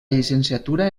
llicenciatura